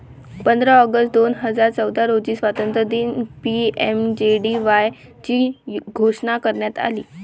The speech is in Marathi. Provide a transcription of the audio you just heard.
पंधरा ऑगस्ट दोन हजार चौदा रोजी स्वातंत्र्यदिनी पी.एम.जे.डी.वाय ची घोषणा करण्यात आली